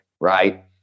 right